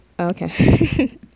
Okay